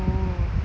orh